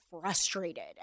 frustrated